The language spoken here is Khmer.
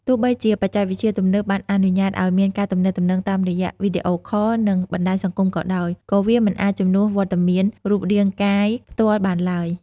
ទោះបីជាបច្ចេកវិទ្យាទំនើបបានអនុញ្ញាតឲ្យមានការទំនាក់ទំនងគ្នាតាមរយៈវីដេអូខល និងបណ្ដាញសង្គមក៏ដោយ ក៏វាមិនអាចជំនួសវត្តមានរូបរាងកាយផ្ទាល់បានឡើយ។